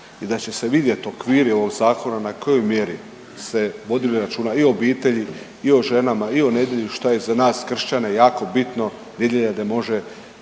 i da će se vidjeti okviri ovog zakona na kojoj mjeri se vodilo računa i o obitelji i o ženama i o nedjelji šta je za nas kršćane jako bitno vidljivo je da može